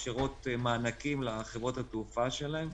מאפשרות מענקים לחברות התעופה שלהן.